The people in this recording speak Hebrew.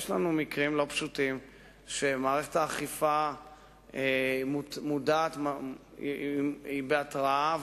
יש לנו מקרים לא פשוטים שמערכת האכיפה מודעת והיא בהתראה,